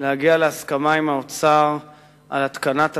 ולהגיע להסכמה עם האוצר על התקנת התקנות,